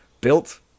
built